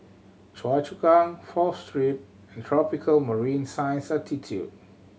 Choa Chu Kang Fourth Street and Tropical Marine Science Institute